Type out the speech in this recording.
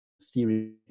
series